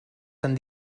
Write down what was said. tan